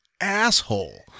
asshole